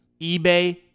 eBay